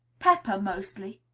pepper, mostly,